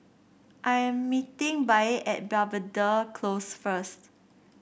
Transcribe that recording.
I am meeting Bea at Belvedere Close first